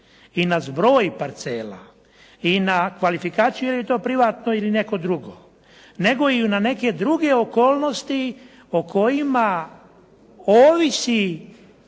i na zbroj parcela i na kvalifikaciju jel je to privatno ili neko drugo, nego i na neke druge okolnosti o kojima ovisi